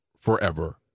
forever